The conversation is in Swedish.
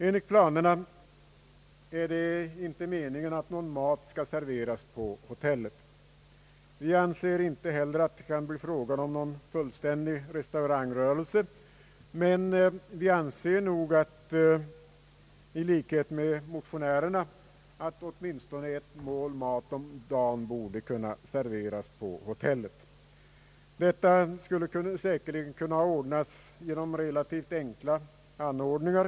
Enligt planerna är det inte meningen att någon mat skall serveras på hotellet. Reservanterna anser inte heller att det kan bli fråga om någon fullständig restaurangrörelse, men i likhet med motionärerna anser vi att åtminstone ett mål mat om dagen borde kunna serveras på hotellet. Detta skulle säkerligen kunna ordnas genom relativt enkla anordningar.